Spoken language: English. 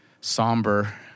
somber